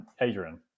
Adrian